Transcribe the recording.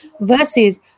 versus